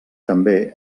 també